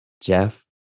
Jeff